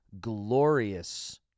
glorious